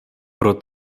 pro